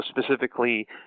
specifically